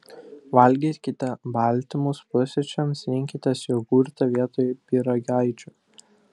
valgykite baltymus pusryčiams rinkitės jogurtą vietoj pyragaičių